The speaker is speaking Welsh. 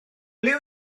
ble